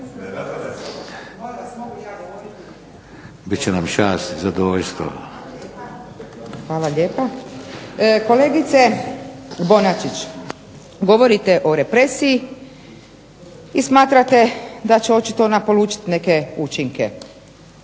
Ingrid (SDP)** Hvala lijepo. Kolegice Bonačić, govorite o represiji smatrate da će ona očito polučiti neke učinke.